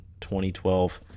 2012